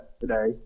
today